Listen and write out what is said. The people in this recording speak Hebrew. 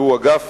שהוא אגף